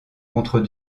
contre